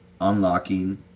unlocking